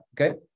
Okay